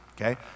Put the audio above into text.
Okay